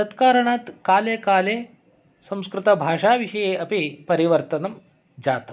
तत्कारणात् काले काले संस्कृतभाषाविषये अपि परिवर्तनं जातम्